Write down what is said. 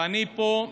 ופה,